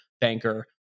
banker